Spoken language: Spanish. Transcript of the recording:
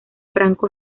franco